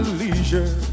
leisure